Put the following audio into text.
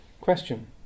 Question